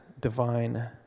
divine